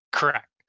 Correct